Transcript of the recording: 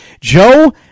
Joe